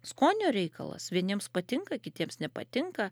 skonio reikalas vieniems patinka kitiems nepatinka